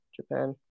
Japan